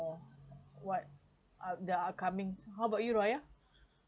what are the upcoming how about you raya